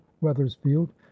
Wethersfield